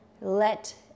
let